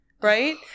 Right